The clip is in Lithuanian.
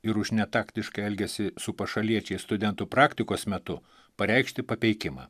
ir už netaktišką elgesį su pašaliečiais studentų praktikos metu pareikšti papeikimą